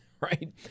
right